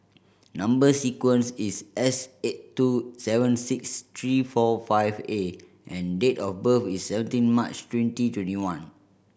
number sequence is S eight two seven six three four five A and date of birth is seventeen March twenty twenty one